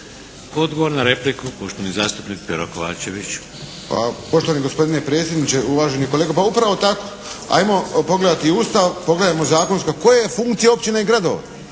Odgovor na repliku, poštovani zastupnik Pero Kovačević. **Kovačević, Pero (HSP)** Pa poštovani gospodine predsjedniče, uvaženi kolega. Pa upravo tako. Ajmo pogledati Ustav, pogledajmo zakonski koja je funkcija općina i gradova,